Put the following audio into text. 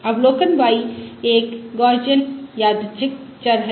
अवलोकन y एक Gaussian यादृच्छिक चर है